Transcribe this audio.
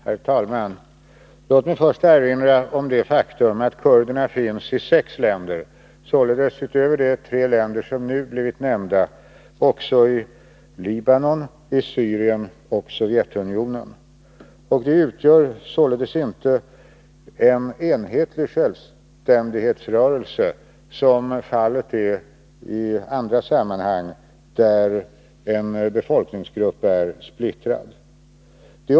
Herr talman! Låt mig först erinra om det faktum att kurderna finns i sex länder, förutom i de tre länder som nu blivit nämnda också i Libanon, Syrien och Sovjetunionen. De utgör således inte en enhetlig självständighetsrörelse, som fallet är i andra sammanhang där en befolkningsgrupp är splittrad.